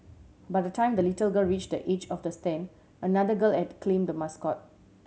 by the time the little girl reached the edge of the stand another girl had claim the mascot